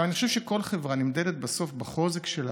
אני חושב שכל חברה נמדדת בסוף, החוזק שלה,